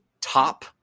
top